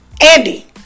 Andy